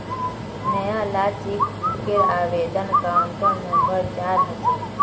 नयाला चेकबूकेर आवेदन counter number चार ह छेक